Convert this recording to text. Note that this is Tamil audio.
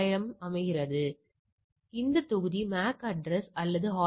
05 ஒருமுனை கமா 1 1 கட்டின்மை கூறுகள் உங்களுக்கு 3